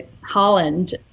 Holland